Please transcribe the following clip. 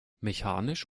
mechanisch